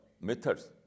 methods